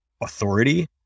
authority